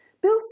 Bill